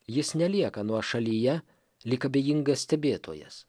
jis nelieka nuošalyje lyg abejingas stebėtojas